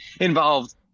involved